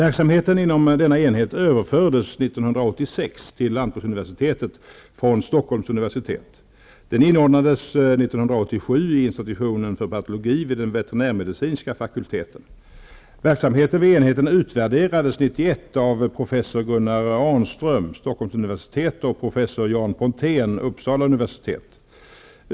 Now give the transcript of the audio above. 1986 till lantbruksuniversitetet från Stockholms universitet. Den inordnades år 1987 i institutionen för patologi vid den veterinärmedicinska fakulteten. Verksamheten vid enheten utvärderades år 1991 av professor Gunnar Jan Pontén, Uppsala universitet.